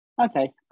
Okay